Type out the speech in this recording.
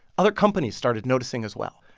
other companies started noticing as well.